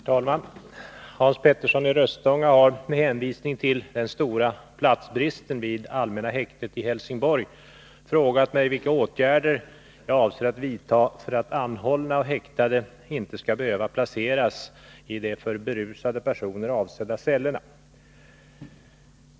Herr talman! Hans Petersson i Röstånga har — med hänvisning till den stora platsbristen vid allmänna häktet i Helsingborg — frågat mig vilka åtgärder jag avser att vidta för att anhållna och häktade inte skall behöva placeras i de för berusade personer avsedda cellerna.